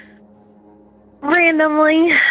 randomly